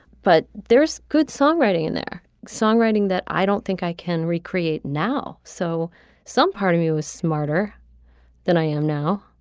but there's good songwriting in their songwriting that i don't think i can recreate now. so some part of me was smarter than i am now.